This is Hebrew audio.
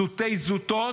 זוטי-זוטות,